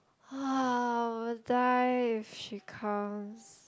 !wah! I will die if she comes